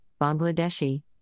Bangladeshi